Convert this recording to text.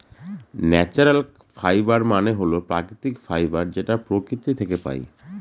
natural fiber মানে হল প্রাকৃতিক ফাইবার যেটা প্রকৃতি থাকে পাই